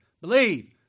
believe